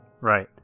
right